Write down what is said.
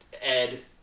ed